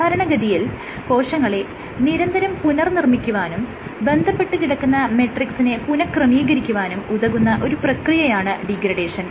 സാധാരണഗതിയിൽ കോശങ്ങളെ നിരന്തരം പുനർനിർമ്മിക്കുവാനും ബന്ധപ്പെട്ടു കിടക്കുന്ന മെട്രിക്സിനെ പുനഃക്രമീകരിക്കുവാനും ഉതകുന്ന ഒരു പ്രക്രിയയാണ് ഡീഗ്രഡേഷൻ